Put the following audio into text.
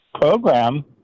program